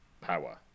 Power